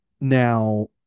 now